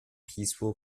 peaceful